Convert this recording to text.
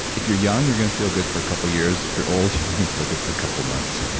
if you're young you're going to feel good for a couple years. if you're old you're going to feel good for a couple months,